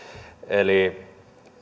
eli